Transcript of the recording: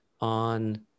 on